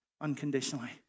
unconditionally